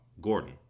Gordon